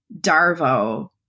Darvo